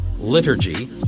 liturgy